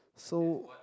so